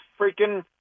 freaking